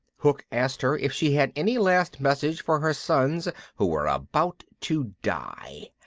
hook asked her if she had any last message for her sons who were about to die.